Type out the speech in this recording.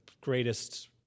greatest